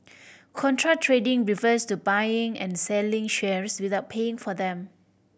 contra trading refers to buying and selling shares without paying for them